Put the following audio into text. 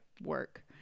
work